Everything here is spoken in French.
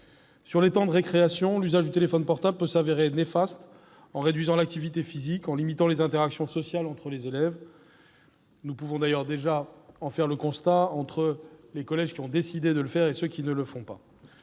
Sur les temps de récréation, l'usage du téléphone portable peut s'avérer néfaste en réduisant l'activité physique et en limitant les interactions sociales entre les élèves- nous pouvons déjà en faire le constat en comparant les collèges qui ont décidé d'instaurer une telle interdiction et ceux qui ne le font pas.